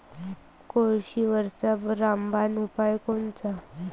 कोळशीवरचा रामबान उपाव कोनचा?